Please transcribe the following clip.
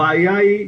הבעיה היא,